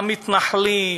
המתנחלים,